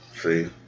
See